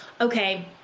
okay